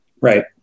Right